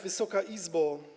Wysoka Izbo!